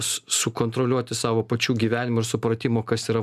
sukontroliuoti savo pačių gyvenimo ir supratimo kas yra